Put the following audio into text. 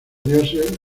dioses